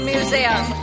Museum